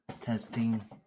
testing